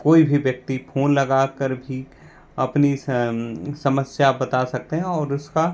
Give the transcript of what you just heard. कोई भी व्यक्ति फोन लगा कर भी अपनी समस्या बता सकते हैं और उसका